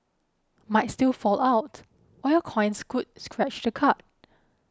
might still fall out or your coins could scratch the card